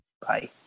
Bye